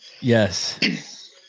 Yes